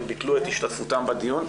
הם ביטלו את השתתפותם בדיון.